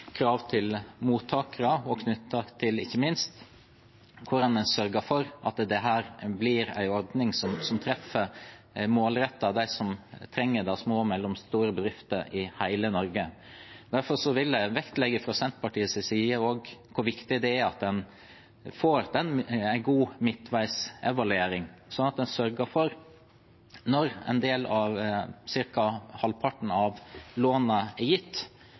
krav til mottakere og ikke minst hvordan en sørger for at dette blir en ordning som treffer målrettet dem som trenger det av små og mellomstore bedrifter i hele Norge. Derfor vil jeg også vektlegge fra Senterpartiets side hvor viktig det er at en får en god midtveisevaluering, slik at en sørger for – når ca. halvparten av lånet er gitt